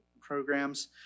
programs